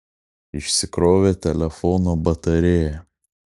išsikrovė telefono batarėja